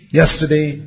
yesterday